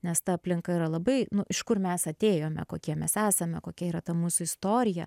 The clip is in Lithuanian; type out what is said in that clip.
nes ta aplinka yra labai nu iš kur mes atėjome kokie mes esame kokia yra ta mūsų istorija